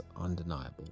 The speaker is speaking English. undeniable